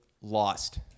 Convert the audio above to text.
lost